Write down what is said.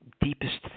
deepest